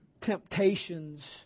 temptations